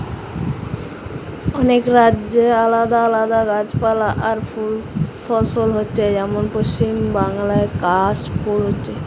অনেক রাজ্যে আলাদা আলাদা গাছপালা আর ফুল ফসল হচ্ছে যেমন পশ্চিমবাংলায় কাশ ফুল হচ্ছে